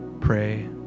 pray